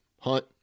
hunt